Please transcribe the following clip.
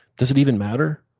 does it even matter?